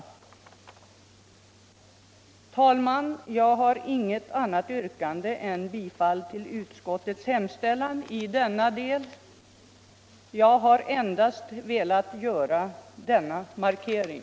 Herr talman, jag har inget annat yrkande än bifall till utskottets hemställan i denna del. Jag har endast velat göra denna markering.